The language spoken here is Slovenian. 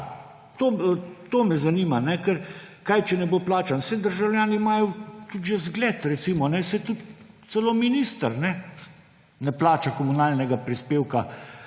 To me zanima. Ker kaj, če ne bo plačan, saj državljani imajo tudi že zgled recimo, saj tudi celo minister ne plača komunalnega prispevka,